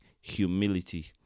humility